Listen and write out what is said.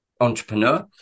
entrepreneur